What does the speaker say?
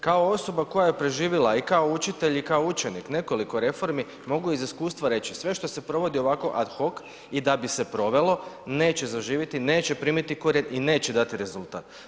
Kao osoba koja je preživjela i kao učitelj i kao učenik nekoliko reformi mogu iz iskustva reći, sve što se provodi ovako ad hoc i da bi se provelo, neće zaživjeti, neće primiti korijen i neće dati rezultat.